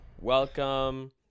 Welcome